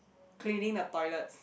cleaning the toilet